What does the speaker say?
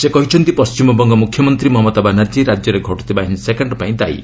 ସେ କହିଛନ୍ତି ପଣ୍ଢିମବଙ୍ଗ ମୁଖ୍ୟମନ୍ତ୍ରୀ ମମତା ବାନାର୍ଜୀ ରାଜ୍ୟରେ ଘଟୁଥିବା ହିଂସାକାଣ୍ଡ ପାଇଁ ଦାୟୀ